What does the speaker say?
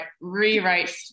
rewrite